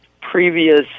previous